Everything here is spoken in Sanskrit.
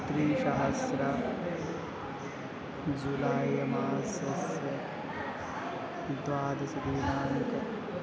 त्रिसहस्रः जुलाय मासस्य द्वादशदिनाङ्कः